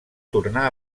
tornar